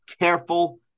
careful